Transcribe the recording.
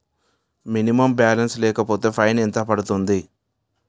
Minimum balance లేకపోతే fine ఎంత పడుతుంది?